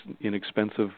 inexpensive